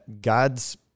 God's